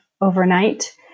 overnight